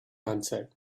answered